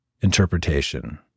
interpretation